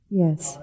yes